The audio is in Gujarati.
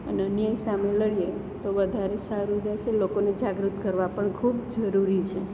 અને અન્યાય સામે લડીએ તો વધારે સારું રહેશે લોકોને જાગૃત કરવા પણ ખૂબ જરૂરી છે